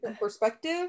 perspective